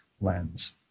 lens